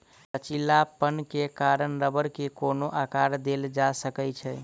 लचीलापन के कारण रबड़ के कोनो आकर देल जा सकै छै